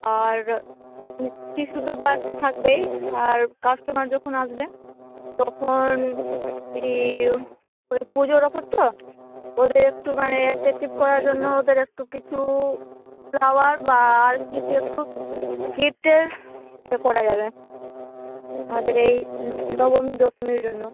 আর tissue paper তো থাকবেই আর কাস্টমার যখন আসবে তখন ইউ পুজোর অফার তো ওদের একটু মানে অ্যাট্রেকটিভ করার জন্য ওদের একটু কিছু ফ্লাওয়ার বা আর কী কী একটু গিফ্টের এ করা যাবে আমাদের এই নবমী দশমীর জন্য